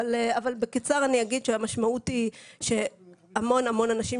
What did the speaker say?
אבל בקצר אני אגיד שהמשמעות היא שהמון המון אנשים